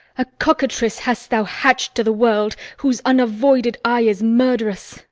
a cockatrice hast thou hatch'd to the world, whose unavoided eye is murderous.